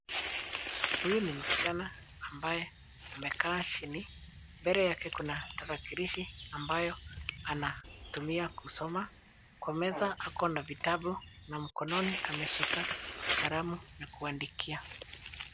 Huyu ni msichana ambaye amekaa chini. Mbele yake kuna tarakilishi ambayo anatumia kusoma. Kwa meza akona vitabu na mkononi ameshika kalamu ya kuandikia.